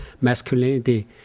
masculinity